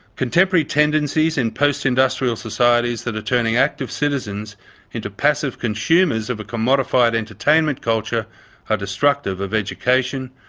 contemporary tendencies in post-industrial societies that are turning active citizens into passive consumers of a commodified entertainment culture are destructive of education,